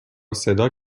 صدا